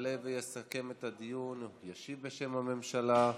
יעלה ויסכם את הדיון, ישיב בשם הממשלה,